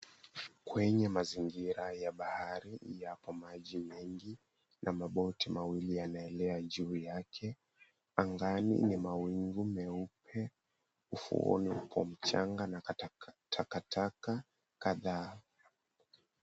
Kwenye mazingira ya bahari yapo maji mengi na maboti mawili yanaelea juu yake. Angani ni mawingu meupe, ufuoni uko mchanga na takataka kadhaa.